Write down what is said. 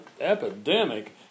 epidemic